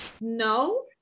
no